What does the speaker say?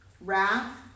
wrath